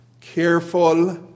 careful